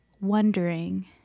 wondering